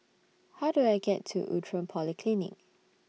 How Do I get to Outram Polyclinic